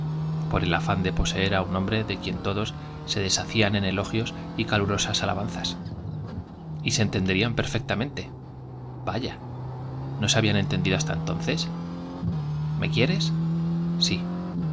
por el afán de poseer á un hombre de todos se deshacían en elogios y calurosas alaban quien zas y s'e entender ían perfectamente j vaya no se habían entendido hasta entonces me quieres sí tú